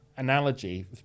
analogy